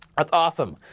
that's awesome,